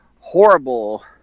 horrible